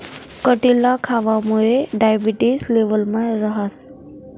कटिरला खावामुये डायबेटिस लेवलमा रहास